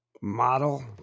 model